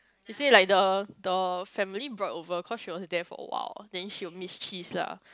she say like the the family brought over cause she's there for a while then she will miss cheese lah